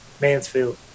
Mansfield